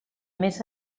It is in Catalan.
més